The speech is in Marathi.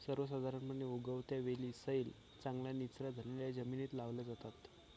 सर्वसाधारणपणे, उगवत्या वेली सैल, चांगल्या निचरा झालेल्या जमिनीत लावल्या जातात